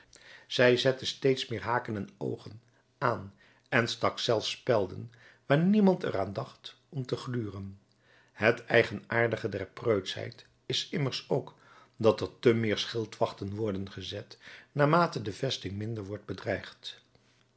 zij zette steeds meer haken en oogen aan en stak zelfs spelden waar niemand er aan dacht om te gluren het eigenaardige der preutschheid is immers ook dat er te meer schildwachten worden gezet naarmate de vesting minder wordt bedreigd